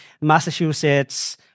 Massachusetts